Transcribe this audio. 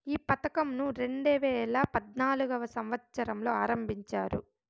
ఈ పథకంను రెండేవేల పద్నాలుగవ సంవచ్చరంలో ఆరంభించారు